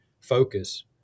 focus